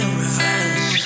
revenge